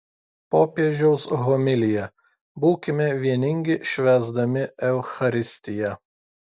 popiežiaus homilija būkime vieningi švęsdami eucharistiją